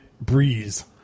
Breeze